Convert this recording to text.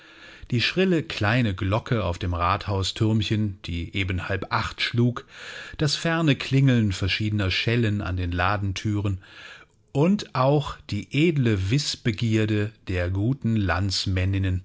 die schrille kleine glocke auf dem rathaustürmchen die eben halb acht schlug das ferne klingeln verschiedener schellen an den ladenthüren und auch die edle wißbegierde der guten